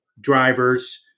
drivers